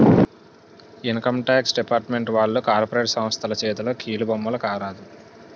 income tax department వాళ్లు corporate సంస్థల చేతిలో కీలుబొమ్మల కారాదు